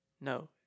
No